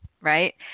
Right